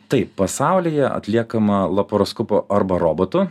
tai pasaulyje atliekama laparoskopu arba robotu